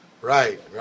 right